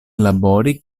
labori